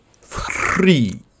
three